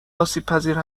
آسیبپذیر